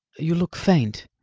you look faint.